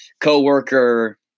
co-worker